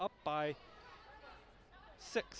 up by six